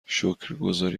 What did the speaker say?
شکرگزاری